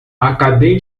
acabei